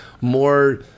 more